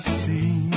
see